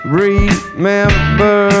remember